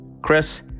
Chris